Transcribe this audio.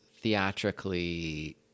theatrically